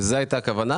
לזו הייתה הכוונה?